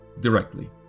directly